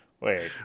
Wait